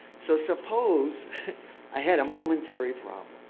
so suppose i had a momentary problem,